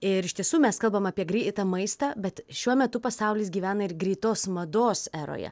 ir iš tiesų mes kalbam apie greitą maistą bet šiuo metu pasaulis gyvena ir greitos mados eroje